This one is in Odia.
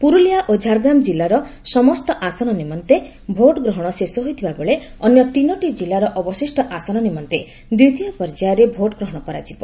ପୁରୁଲିଆ ଓ ଝାରଗ୍ରାମ କ୍କିଲ୍ଲାର ସମସ୍ତ ଆସନ ନିମନ୍ତେ ଭୋଟଗ୍ରହଣ ଶେଷ ହୋଇଥିବାବେଳେ ଅନ୍ୟ ତିନୋଟି ଜିଲ୍ଲାର ଅବଶିଷ୍ଟ ଆସନ ନିମନ୍ତେ ଦ୍ୱିତୀୟ ପର୍ଯ୍ୟାୟରେ ଭୋଟଗ୍ରହଣ କରାଯିବ